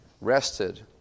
rested